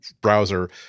browser